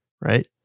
right